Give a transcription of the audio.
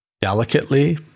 delicately